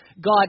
God